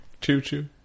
Choo-choo